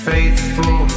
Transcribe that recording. Faithful